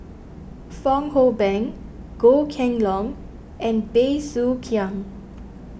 Fong Hoe Beng Goh Kheng Long and Bey Soo Khiang